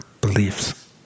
beliefs